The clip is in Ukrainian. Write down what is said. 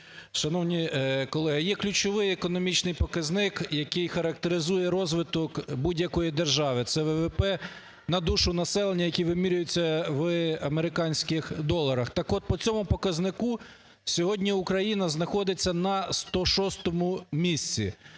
Шановні колеги, є ключовий економічний показник, який характеризує розвиток будь-якої держави, це ВВП на душу населення, який вимірюється в американських доларах. Так от, по цьому показнику сьогодні Україна знаходиться на 106-му місці.